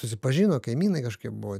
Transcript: susipažino kaimynai kažkaip buvo